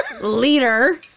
leader